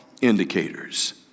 indicators